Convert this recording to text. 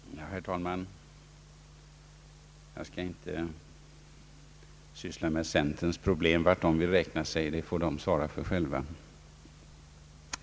Herr talman! Jag skall inte syssla med centerpartisternas problem. Vart de vill räkna sig får de svara för själva.